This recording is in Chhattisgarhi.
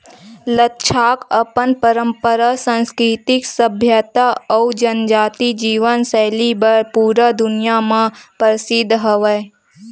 लद्दाख अपन पंरपरा, संस्कृति, सभ्यता अउ जनजाति जीवन सैली बर पूरा दुनिया म परसिद्ध हवय